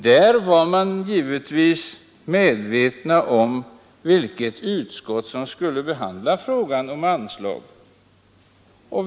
Där var man givetvis medveten om vilket utskott som skulle behandla frågan om anslag.